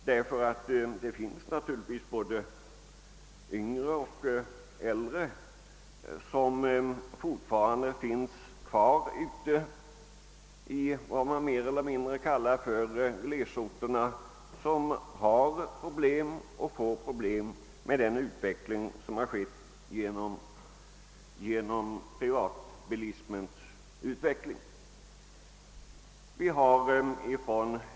Fortfarande lever både yngre och äldre kvar i mer eller mindre utpräglade glesbygder, och de har och får det besvärligt genom den utveckling som den växande bilismen medför.